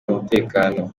umutekano